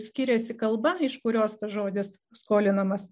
skiriasi kalba iš kurios žodis skolinamas